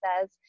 says